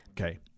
Okay